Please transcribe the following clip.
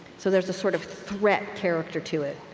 so there's a sort of threat character to it.